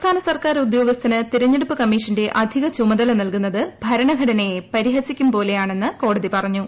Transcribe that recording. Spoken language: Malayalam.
സംസ്ഥാന സർക്കാർ ഉദ്യോഗസ്ഥന് തിരഞ്ഞെടുപ്പ് കമ്മീഷന്റെ അധിക ചുമതല നൽകുന്നത് ഭരണഘടനയെ പരിഹസിക്കുംപോലെയാണെന്ന് കോടതി പറഞ്ഞു